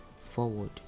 forward